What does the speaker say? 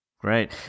Great